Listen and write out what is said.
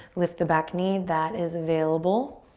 lift the back knee, that is available.